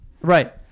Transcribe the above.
right